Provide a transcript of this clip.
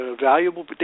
valuable